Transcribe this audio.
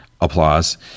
applause